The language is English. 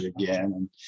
again